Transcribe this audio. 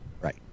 Right